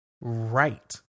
right